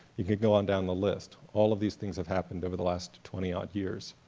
you could go on down the list, all of these things have happened over the last twenty odd years.